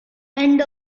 end